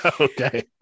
Okay